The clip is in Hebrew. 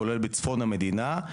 כולל בצפון המדינה.